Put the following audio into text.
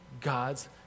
God's